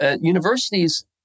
universities